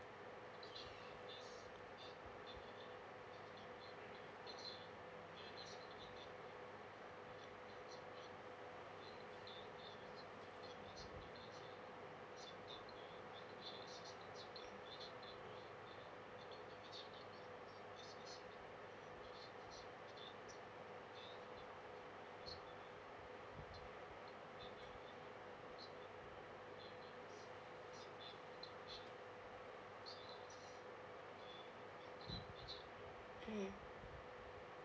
mm mm